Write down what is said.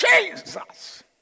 Jesus